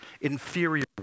Inferior